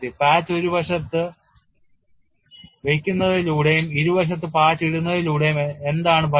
patch ഒരു വശത്ത് വയ്ക്കുന്നതിലൂടെയും ഇരുവശത്തും പാച്ച് ഇടുന്നതിലൂടെയും എന്താണ് ഫലം